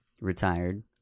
retired